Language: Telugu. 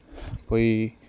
పొయ్యి